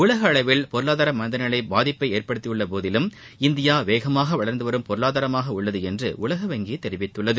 உலக அளவில் பொருளாதார மந்தநிலை பாதிப்பை ஏற்படுத்தியுள்ளபோதும் இந்தியா வேகமாக வளர்ந்துவரும் பொருளாதாரமாக உள்ளது என்று உலக வங்கி தெரிவித்துள்ளது